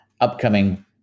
upcoming